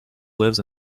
lives